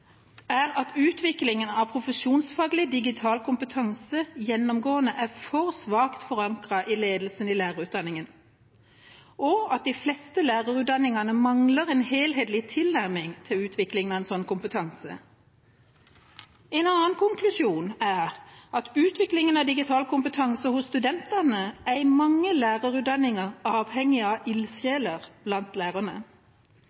at «utvikling av profesjonsfaglig digital kompetanse gjennomgående er svakt forankret i ledelsen av lærerutdanningene, og de fleste utdanningene mangler en helhetlig tilnærming til utvikling av slik kompetanse». En annen konklusjon er: «Utviklingen av profesjonsfaglig digital kompetanse hos studentene er i mange av lærerutdanningene avhengige av ildsjeler blant lærerne.»